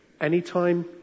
Anytime